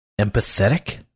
empathetic